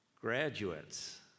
Graduates